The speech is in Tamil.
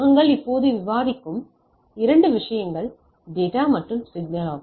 நாங்கள் இப்போது விவாதிக்கும்போது 2 விஷயங்கள் டேட்டா மற்றும் சிக்னல் ஆகும்